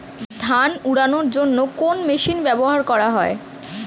ধান উড়ানোর জন্য কোন মেশিন ব্যবহার করা হয়?